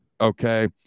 okay